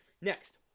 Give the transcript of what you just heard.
next